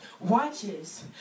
watches